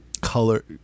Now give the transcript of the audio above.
color